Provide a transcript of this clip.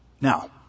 Now